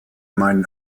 meinen